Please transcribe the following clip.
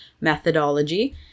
methodology